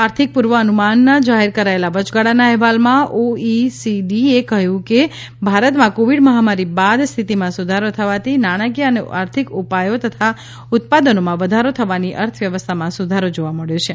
આર્થિક પૂર્વ અનુમાનના જાહેર કરાયેલા વચગાળાના અહેવાલમાં ઓઈસીડીએ કહ્યું છે કે ભારતમાં કોવિડ મહામારી બાદ સ્થિતિમાં સુધારો થવાથી નાણાંકીય અને આર્થિક ઉપાયો તથા ઉત્પાદનોમાં વધારો થવાથી અર્થવ્યવસ્થામાં સુધારો જોવા મળ્યો છે